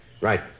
Right